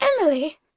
Emily